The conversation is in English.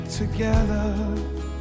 Together